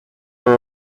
are